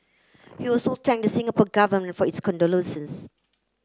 he also thank Singapore Government for its condolences